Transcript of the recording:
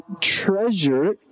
treasure